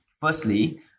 Firstly